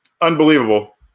unbelievable